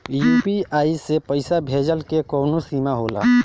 UPI से पईसा भेजल के कौनो सीमा होला?